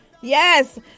yes